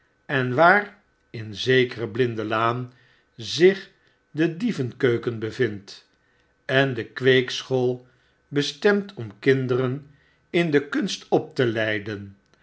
en waar in zekere blinde laan zich de dievenkeuken bevindt en de kweekschool bestemd om kinderen in de kunst op te leiden